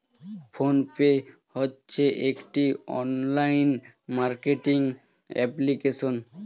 phone pay হচ্ছে একটি online marketing application